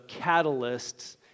catalysts